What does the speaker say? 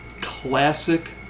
classic